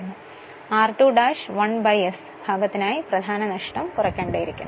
എന്നാൽ ഈ r2 ' 1 s ഭാഗത്തിനായി പ്രധാന നഷ്ടം കുറയ്ക്കേണ്ടിയിരിക്കുന്നു